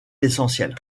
l’essentiel